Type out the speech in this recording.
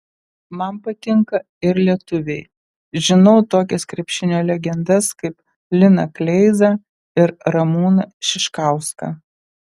man patinka ir lietuviai žinau tokias krepšinio legendas kaip liną kleizą ir ramūną šiškauską